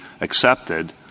accepted